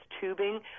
tubing